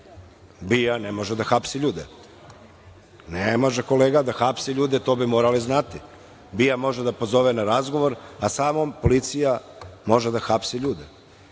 BIA ne može da hapsi ljude. Ne može kolega da hapsi ljudi, to bi morali da znate, BIA može da pozove na razgovor, a samo policija može da hapsi ljude.